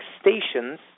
stations